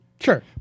Sure